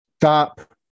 Stop